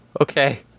Okay